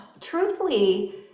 truthfully